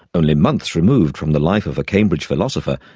only months removed from the life of a cambridge philosopher,